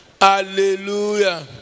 Hallelujah